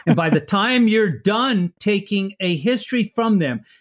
and by the time you're done taking a history from them,